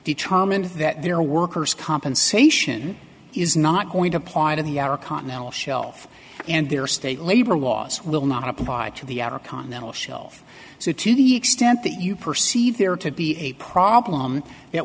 determined that their workers compensation is not going to apply to the outer continental shelf and their state labor laws will not apply to the outer continental shelf so to the extent that you perceive there to be a problem it